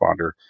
responder